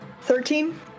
Thirteen